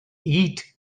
eat